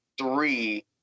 three